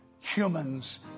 humans